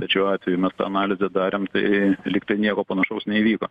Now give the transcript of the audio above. bet šiuo atveju mes tą analizę darėm tai lyg tai nieko panašaus neįvyko